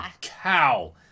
cow